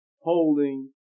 holding